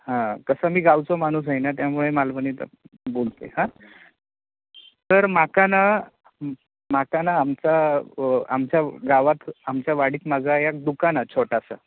हां कसं मी गावचो माणूस आय ना त्यामुळे मालवनीत बोलते हां तर माका ना माका ना आमाचा आमच्या गावात आमच्या वाडीत माझा याक दुकान आ छोटासा